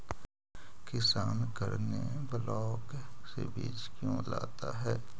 किसान करने ब्लाक से बीज क्यों लाता है?